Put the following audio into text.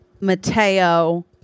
mateo